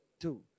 Two